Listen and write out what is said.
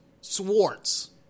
Swartz